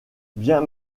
bien